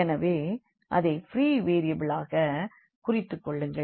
எனவே அதை ப்ரீ வேரியபிளாக குறித்துக்கொள்ளுங்கள்